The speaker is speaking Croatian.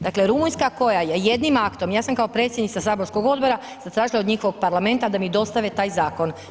Dakle Rumunjska koja je jednim aktom, ja sam kao predsjednica saborskog odbora zatražila od njihovog parlamenta da mi dostave taj zakon.